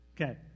Okay